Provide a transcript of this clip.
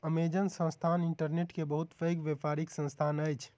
Amazon संस्थान internet के बहुत पैघ व्यापारिक संस्थान अछि